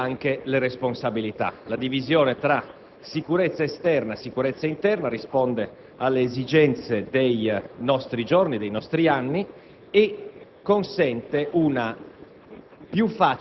e dunque anche le responsabilità. La divisione tra sicurezza esterna e sicurezza interna risponde alle esigenze dei nostri giorni, dei nostri anni, e consente una